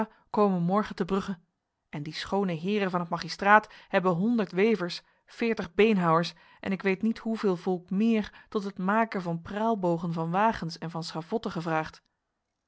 komen morgen te brugge en die schone heren van het magistraat hebben honderd wevers veertig beenhouwers en ik weet niet hoeveel volk meer tot het maken van praalbogen van wagens en van schavotten gevraagd